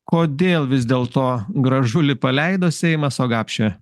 kodėl vis dėlto gražulį paleido seimas o gapšio